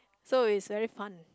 so it's very fun